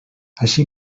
així